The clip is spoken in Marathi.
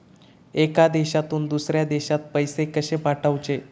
एका देशातून दुसऱ्या देशात पैसे कशे पाठवचे?